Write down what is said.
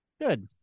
Good